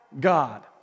God